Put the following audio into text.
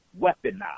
weaponized